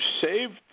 saved